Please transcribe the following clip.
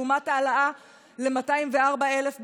לעומת העלאה ל-204,000 בנהריה.